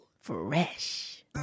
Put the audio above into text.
fresh